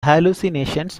hallucinations